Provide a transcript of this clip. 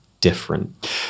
different